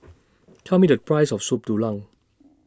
Tell Me The Price of Soup Tulang